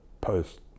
post